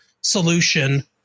solution